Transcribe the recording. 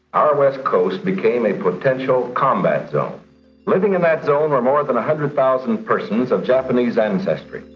our west coast became a potential combat zone living in that zone are more than a hundred thousand persons of japanese ancestry,